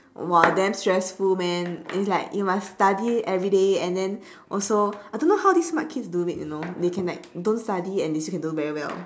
!wah! damn stressful man it's like you must study everyday and then also I don't know how this smart kids do it you know they can like don't study and they can still do very well